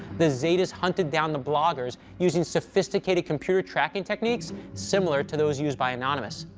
the zetas hunted down the bloggers using sophisticated computer tracking techniques similar to those used by anonymous.